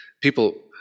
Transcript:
People